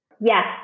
Yes